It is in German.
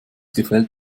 gefällt